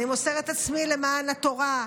אני מוסר את עצמי למען התורה.